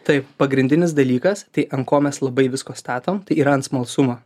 taip pagrindinis dalykas tai ant ko mes labai visko statom yra ant smalsumo